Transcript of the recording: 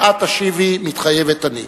ואת תשיבי: מתחייבת אני.